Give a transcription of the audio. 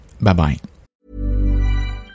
bye-bye